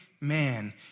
man